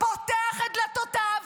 פותח את דלתותיו.